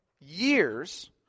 years